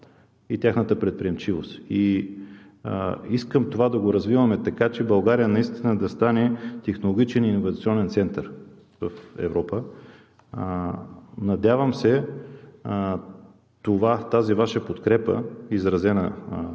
и тяхната предприемчивост. Искам това да го развиваме, така че България наистина да стане технологичен и иновационен център в Европа. Надявам се тази Ваша подкрепа, изразена